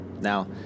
Now